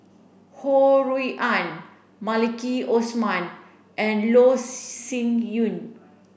Ho Rui An Maliki Osman and Loh Sin Yun